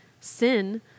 sin